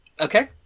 Okay